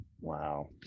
Wow